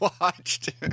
watched